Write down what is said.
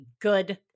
good